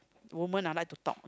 women are like to talk